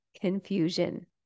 confusion